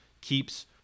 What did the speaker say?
keeps